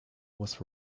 was